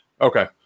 okay